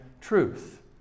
truth